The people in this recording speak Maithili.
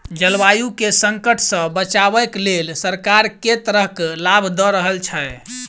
जलवायु केँ संकट सऽ बचाबै केँ लेल सरकार केँ तरहक लाभ दऽ रहल छै?